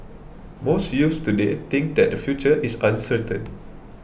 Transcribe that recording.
most youths today think that their future is uncertain